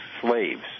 slaves